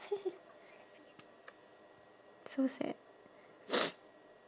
so sad